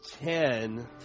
ten